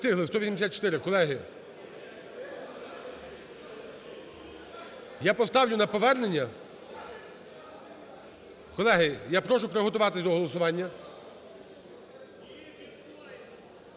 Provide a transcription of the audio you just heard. Не встигли, 184, колеги. Я поставлю на повернення. Колеги, я прошу приготуватись до голосування.